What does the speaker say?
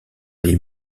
les